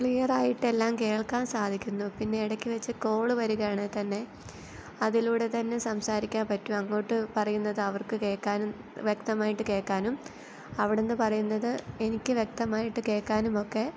ക്ലിയറായിട്ടെല്ലാം കേൾക്കാൻ സാധിക്കുന്നു പിന്നെ ഇടക്ക് വെച്ച് കോൾ വരുകയാണേ തന്നെ അതിലൂടെ തന്നെ സംസാരിക്കാൻ പറ്റും അങ്ങോട്ട് പറയുന്നത് അവർക്കു കേൾക്കാനും വ്യക്തമായിട്ട് കേൾക്കാനും അവിടെ നിന്ന് പറയുന്നത് എനിക്ക് വ്യക്താമായിട്ട് കേൾക്കാനും ഒക്കെ